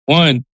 one